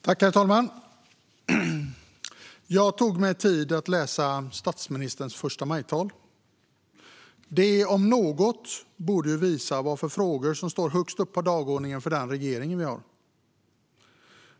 Herr talman! Jag tog mig tid att läsa statsministerns förstamajtal - det om något borde visa vilka frågor som står högst upp på dagordningen för den regering vi har.